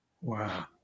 Wow